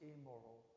immoral